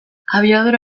abiadura